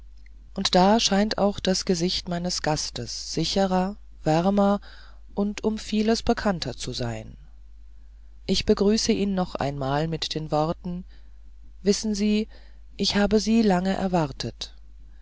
und da scheint auch das gesicht meines gastes sicherer wärmer und um vieles bekannter zu sein ich begrüße ihn noch einmal mit den worten wissen sie ich habe sie lange erwartet